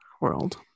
world